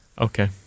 Okay